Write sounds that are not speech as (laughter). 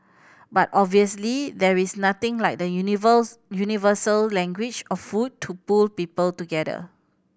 but obviously there is nothing like the (unintelligible) universal language of food to pull people together